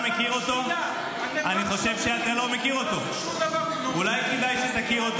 שיבחת את הצבא.